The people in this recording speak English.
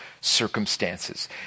circumstances